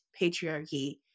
patriarchy